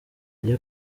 iyo